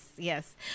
Yes